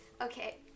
Okay